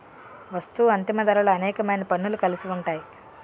వస్తూ అంతిమ ధరలో అనేకమైన పన్నులు కలిసి ఉంటాయి